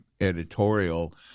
editorial